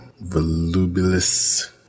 Volubilis